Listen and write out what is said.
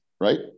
right